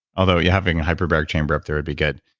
although yeah having a hyperbaric chamber up there would be good.